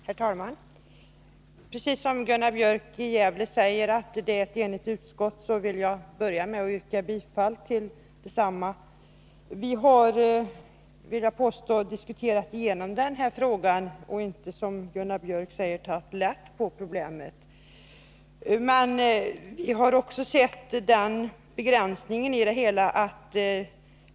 Herr talman! Det är, som Gunnar Björk i Gävle sade, ett enigt utskott, och jag vill börja med att yrka bifall till utskottets hemställan. Jag vill påstå att vi har diskuterat igenom frågan ordentligt och inte, som Nr 23 Gunnar Björk sade, tagit lätt på problemet.